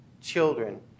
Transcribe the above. Children